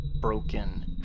Broken